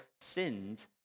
sinned